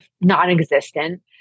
non-existent